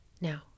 now